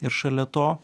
ir šalia to